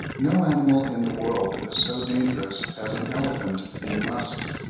no animal in the world is so dangerous as an elephant in must.